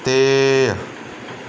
ਅਤੇ